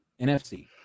NFC